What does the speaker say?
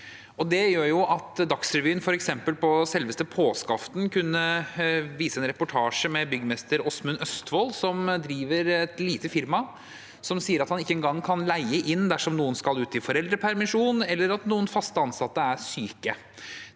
Dagsrevyen på selveste påskeaften kunne vise en reportasje med byggmester Åsmund Østvold, som driver et lite firma, og som sier at han ikke engang kan leie inn dersom noen skal ut i foreldrepermisjon, eller om noen fast ansatte er syke.